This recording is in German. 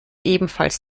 ebenfalls